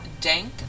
dank